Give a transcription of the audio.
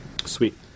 Sweet